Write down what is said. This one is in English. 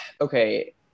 okay